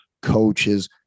coaches